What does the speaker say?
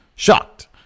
Shocked